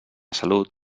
salut